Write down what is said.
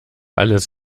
alles